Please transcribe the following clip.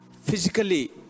physically